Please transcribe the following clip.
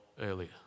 earlier